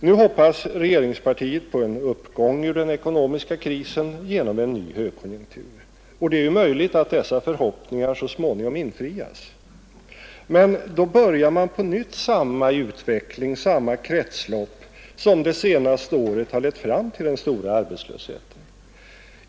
Nu hoppas regeringspartiet på en uppgång ur den ekonomiska krisen genom en ny högkonjunktur, och det är möjligt att dessa förhoppningar så småningom infrias. Men då börjar man på nytt samma kretslopp som det senaste året har lett fram till den stora arbetslösheten.